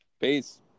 Peace